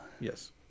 yes